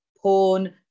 porn